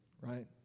right